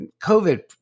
COVID